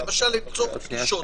למשל לצורך פגישות?